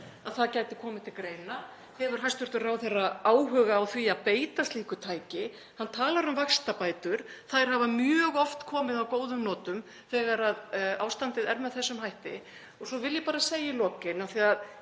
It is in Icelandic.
að það gæti komið til greina. Hefur hæstv. ráðherra áhuga á því að beita slíku tæki? Hann talar um vaxtabætur. Þær hafa mjög oft komið að góðum notum þegar ástandið er með þessum hætti. Svo vil ég bara segja í lokin, af því að